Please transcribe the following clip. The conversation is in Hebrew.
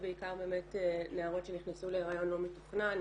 בעיקר באמת נערות שנכנסו להריון לא מתוכנן,